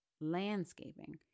landscaping